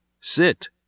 Sit